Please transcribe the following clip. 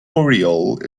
oriole